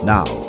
Now